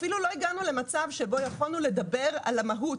אפילו לא הגענו למצב שבו יכולנו לדבר על המהות.